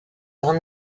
grains